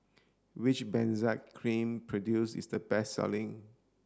which Benzac cream produce is the best selling